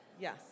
yes